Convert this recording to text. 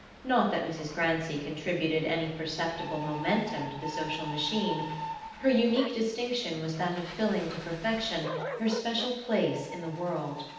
not that mrs. grancy contributed any perceptible momentum to the social machine her unique distinction was that of filling to perfection her special place in the world.